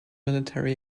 military